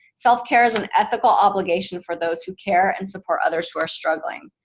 self care is an ethical obligation for those who care and support others who are struggling.